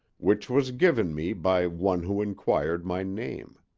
which was given me by one who inquired my name.